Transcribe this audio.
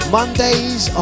Mondays